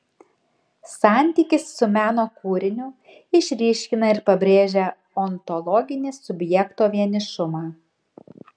santykis su meno kūriniu išryškina ir pabrėžia ontologinį subjekto vienišumą